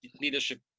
leadership